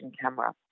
camera